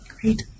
Great